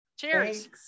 Cheers